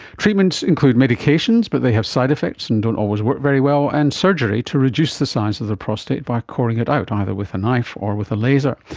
treatments include the medications but they have side-effects and don't always work very well, and surgery to reduce the size of the prostate by coring it out, either with a knife or with a laser.